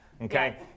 Okay